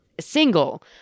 single